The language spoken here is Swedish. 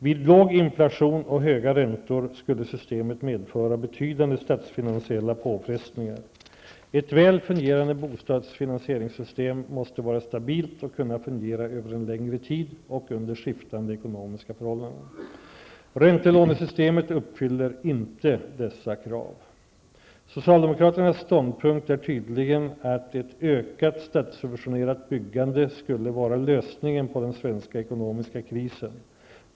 Vid låg inflation och höga räntor skulle systemet medföra betydande statsfinansiella påfrestningar. Ett väl fungerande bostadsfinansieringssystem måste vara stabilt och kunna fungera över en längre tid och under skiftande ekonomiska förhållanden. Räntelånesystemet uppfyller inte dessa krav. Socialdemokraternas ståndpunkt är tydligen att ett ökat statssubventionerat byggande skulle vara lösningen på den svenska ekonomiska krisen.